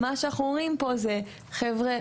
אבל מה שאנחנו אומרים פה זה: ״חברה,